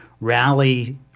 rally